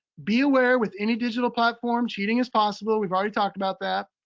be aware with any digital platform, cheating is possible. we've already talked about that.